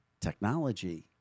technology